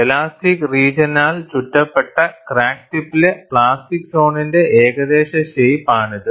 elastic റീജിയനാൽ ചുറ്റപ്പെട്ട crack ടിപ്പിലെ പ്ലാസ്റ്റിക് സോണിന്റെ ഏകദേശ ഷേയ്പ്പ് ആണിത്